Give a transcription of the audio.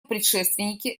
предшественники